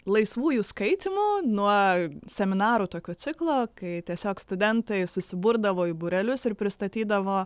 laisvųjų skaitymų nuo seminarų tokių ciklo kai tiesiog studentai susiburdavo į būrelius ir pristatydavo